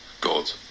God